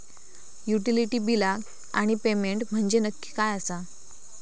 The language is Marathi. युटिलिटी बिला आणि पेमेंट म्हंजे नक्की काय आसा?